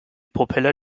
propeller